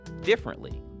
differently